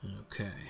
Okay